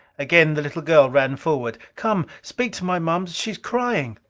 again the little girl ran forward. come. speak to my moms she is crying.